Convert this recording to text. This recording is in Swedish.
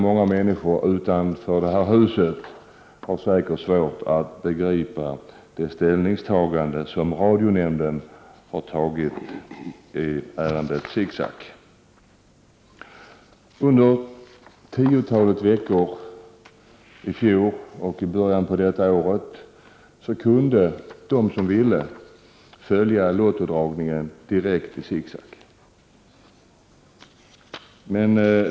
Många människor utanför detta hus har säkert svårt att begripa det ställningstagande som radionämnden har gjort i ärendet Zick Zack. Under ett tiotal veckor i fjol och i början på detta år kunde de som så ville följa Lottodragningen direkt i Zick Zack.